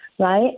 Right